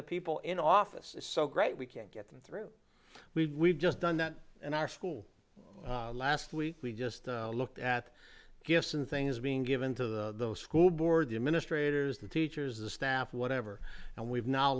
the people in office is so great we can't get them through we just done that in our school last week we just looked at gifts and things being given to the school board the administrators the teachers the staff whatever and we've now